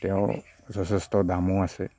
তেওঁ যথেষ্ট দামো আছে